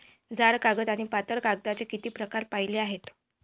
जाड कागद आणि पातळ कागदाचे किती प्रकार पाहिले आहेत?